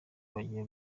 bagiye